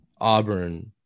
Auburn